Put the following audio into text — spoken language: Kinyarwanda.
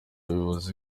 buyobozi